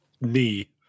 Knee